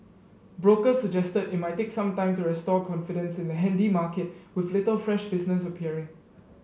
brokers suggested it might take some time to restore confidence in the handy market with little fresh business appearing